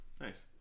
Nice